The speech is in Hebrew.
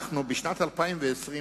אנחנו בשנת 2020,